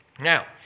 Now